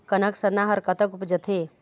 कनक सरना हर कतक उपजथे?